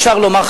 אפשר לומר,